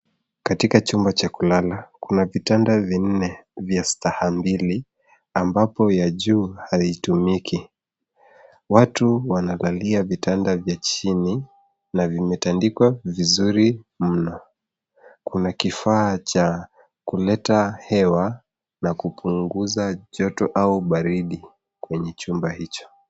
Katika chumba cha kulala kuna vitanda vinne vya staha mbili ambapo ya juu haitumiki, watu wanalalia vitanda vya chini na vimetandikwa vizuri mno. Kuna kifaa cha kuleta hewa na kupunguza joto au baridi kwenye chumba hicho.